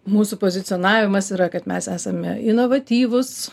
mūsų pozicionavimas yra kad mes esame inovatyvūs